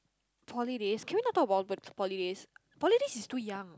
poly days can we not talk about the poly days poly days is too young